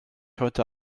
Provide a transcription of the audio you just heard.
heute